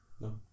no